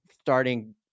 starting